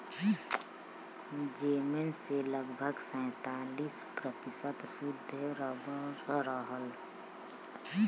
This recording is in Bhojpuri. जेमन से लगभग सैंतालीस प्रतिशत सुद्ध रबर रहल